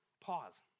pause